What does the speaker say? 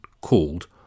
called